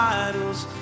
idols